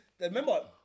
Remember